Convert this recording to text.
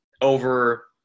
over